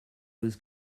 was